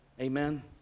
Amen